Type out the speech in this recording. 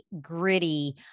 gritty